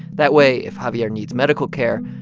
that way if javier needs medical care,